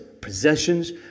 possessions